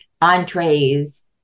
entrees